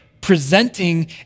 presenting